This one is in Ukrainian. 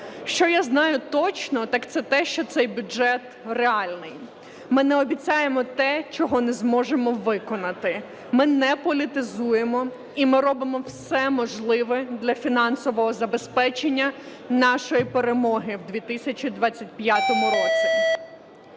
що я знаю точно, так це те, що цей бюджет реальний. Ми не обіцяємо те, чого не зможемо виконати. Ми не політизуємо і ми робимо все можливе для фінансового забезпечення нашої перемоги у 2025 році.